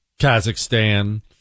Kazakhstan